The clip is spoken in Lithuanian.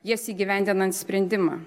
jas įgyvendinant sprendimą